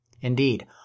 Indeed